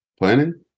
planning